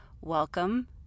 welcome